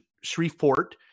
Shreveport